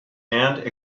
and